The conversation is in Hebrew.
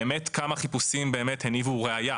באמת כמה חיפושים הניבו ראיה.